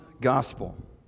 gospel